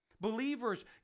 Believers